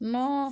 ନଅ